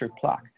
plaque